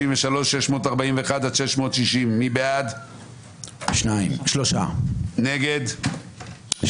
5 בעד, 8 נגד,